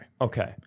Okay